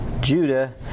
Judah